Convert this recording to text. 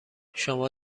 شما